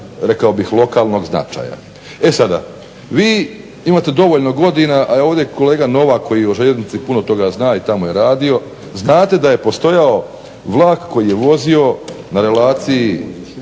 koridorčić lokalnog značaja. E sada, vi imate dovoljno godina, ovdje je kolega Novak koji o željeznici puno toga zna i tamo je radio, znate da je postojao vlak koji je vozio na relaciji